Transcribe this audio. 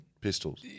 pistols